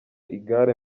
igare